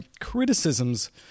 criticisms